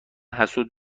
حسود